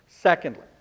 Secondly